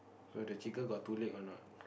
so the chicken got two leg or not